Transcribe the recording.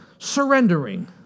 Surrendering